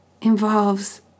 involves